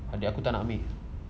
adik aku tak nak ambil